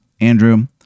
andrew